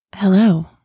Hello